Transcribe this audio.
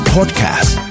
Podcast